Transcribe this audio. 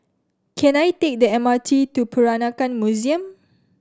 can I take the M R T to Peranakan Museum